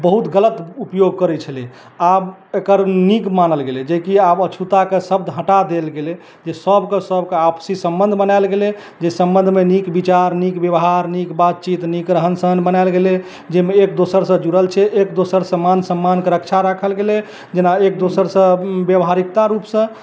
बहुत गलत उपयोग करय छलै आब एकर नीक मानल गेलय जेकि आब अछुताके शब्द हटा देल गेलय जे सभके सभके आपसी सम्बन्ध बनायल गेलय जे सम्बन्धमे नीक विचार नीक व्यवहार नीक बातचीत नीक रहन सहन बनायल गेलय जैमे एक दोसरसँ जुड़ल छै एक दोसरसँ मान सम्मानके रक्षा राखल गेलय जेना एक दोसरसँ व्यवहारिकता रूपसँ